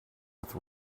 with